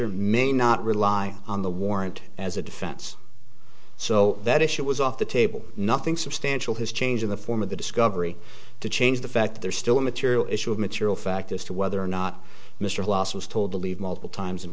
fisher may not rely on the warrant as a defense so that issue was off the table nothing substantial has changed in the form of the discovery to change the fact there's still a material issue of material fact as to whether or not mr lawson was told to leave multiple times and